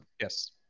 yes